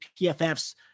PFF's